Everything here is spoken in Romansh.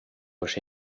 uschè